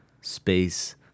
Space